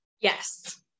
Yes